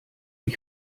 ich